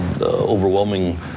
overwhelming